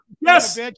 Yes